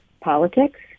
politics